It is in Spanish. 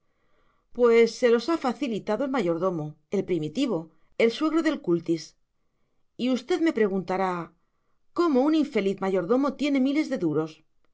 pues se los ha facilitado el mayordomo el primitivo el suegro de cultis y usted me preguntará cómo un infeliz mayordomo tiene miles de duros